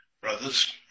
brothers